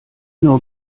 nur